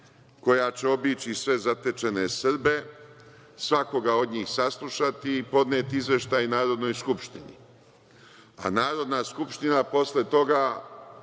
koja će obići sve zatečene Srbe, svakoga od njih saslušati i podneti izveštaj Narodnoj skupštini, a Narodna skupština posle toga